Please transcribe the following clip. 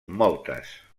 moltes